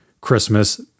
Christmas